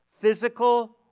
Physical